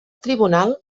tribunal